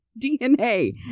DNA